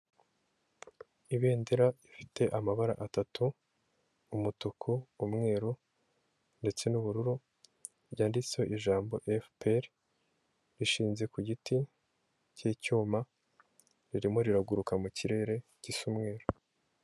Ibendera rifite amabara atatu umutuku umweru ndetse n'ubururu ryanditseho ijambo efuperi rishinze ku giti k'icyuma ririmo riraguruka mu kirere gisa umweru.